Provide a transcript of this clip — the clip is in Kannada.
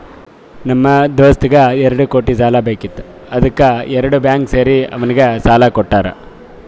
ನಮ್ ದೋಸ್ತಗ್ ಎರಡು ಕೋಟಿ ಸಾಲಾ ಬೇಕಿತ್ತು ಅದ್ದುಕ್ ಎರಡು ಬ್ಯಾಂಕ್ ಸೇರಿ ಅವ್ನಿಗ ಸಾಲಾ ಕೊಟ್ಟಾರ್